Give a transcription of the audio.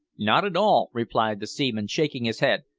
not at all, replied the seaman, shaking his head,